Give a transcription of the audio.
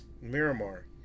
Miramar